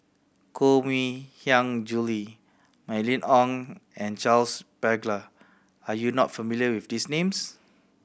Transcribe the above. Koh Mui Hiang Julie Mylene Ong and Charles Paglar are you not familiar with these names